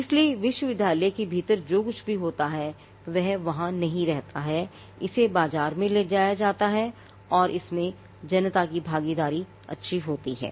इसलिए विश्वविद्यालय के भीतर जो कुछ भी होता है वह वहां नहीं रहता है इसे बाजार में ले जाया जाता है और इसमें जनता की भागीदारी अच्छी होती है